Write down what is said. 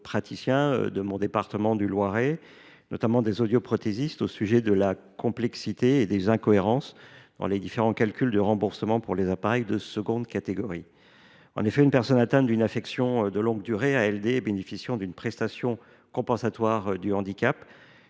praticiens du département dont je suis l’élu, le Loiret, notamment des audioprothésistes, au sujet de la complexité et des incohérences dans les calculs de remboursement pour les appareils de seconde catégorie. En effet, une personne atteinte d’une affection de longue durée (ALD) et bénéficiant d’une prestation de compensation du handicap